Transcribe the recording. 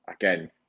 again